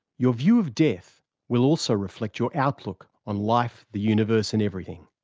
your view of death will also reflect your outlook on life, the universe and everything.